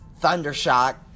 Thundershock